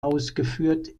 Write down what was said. ausgeführt